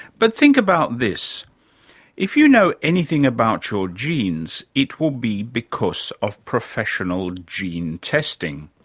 but think about this if you know anything about your genes, it will be because of professional gene testing,